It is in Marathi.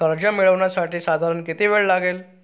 कर्ज मिळविण्यासाठी साधारण किती वेळ लागेल?